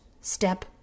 step